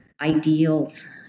ideals